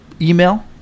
email